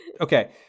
Okay